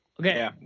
okay